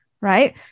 Right